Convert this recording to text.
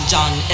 John